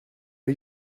are